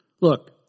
Look